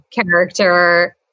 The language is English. character